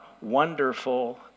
wonderful